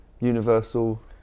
Universal